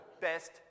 best